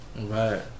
right